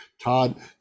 Todd